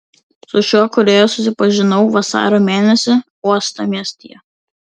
su šiuo kūrėju susipažinau vasario mėnesį uostamiestyje